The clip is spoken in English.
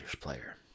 player